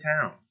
town